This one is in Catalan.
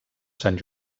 sant